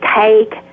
take